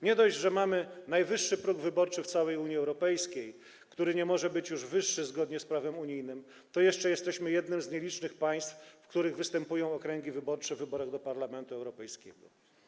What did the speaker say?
Nie dość, że mamy najwyższy próg wyborczy w całej Unii Europejskiej, który nie może być już wyższy zgodnie z prawem unijnym, to jeszcze jesteśmy jednym z nielicznych państw, w których występują okręgi wyborcze w wyborach do Parlamentu Europejskiego.